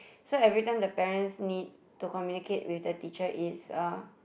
so everytime the parents need to communicate with the teachers is uh